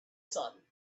sun